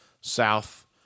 south